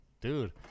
Dude